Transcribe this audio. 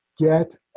get